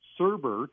Serber